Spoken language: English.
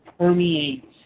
Permeates